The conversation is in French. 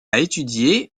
étudié